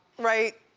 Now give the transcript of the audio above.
right,